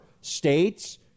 states